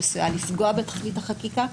זה עשוי לפגוע בתכלית החקיקה.